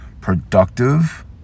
productive